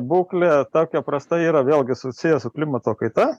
būklė tokia prasta yra vėlgi susiję su klimato kaita